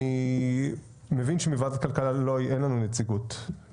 אני מבין שממשרד הכלכלה אין לנו נציגות,